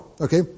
Okay